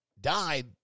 died